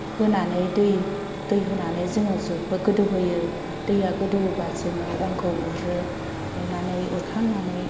होनानै दै दै होनानै जोङो जुब गोदौहोयो दैया गोदौवोबा जोङो अनखौ उरो उरनानै उरखांनानै